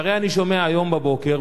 והרי אני שומע היום בבוקר,